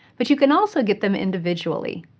but you can also get them individually.